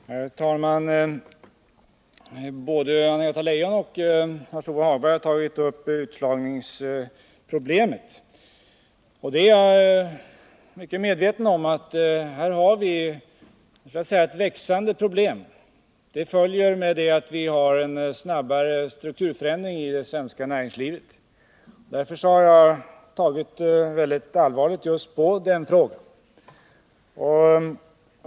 Herr talman! Både Anna-Greta Leijon och Lars-Ove Hagberg har tagit upp utslagningsproblemet. Jag är mycket medveten om att vi där har ett växande problem. Det följer av att vi har en snabbare strukturförändring i det svenska näringslivet. Därför har jag tagit mycket allvarligt just på den frågan.